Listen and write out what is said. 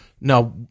Now